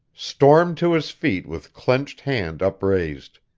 stormed to his feet with clenched hand upraised.